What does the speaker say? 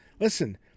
listen